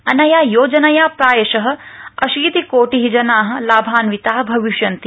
अनया योजनया प्रायश अशीतिकोटि जना लाभान्विता भविष्यन्ति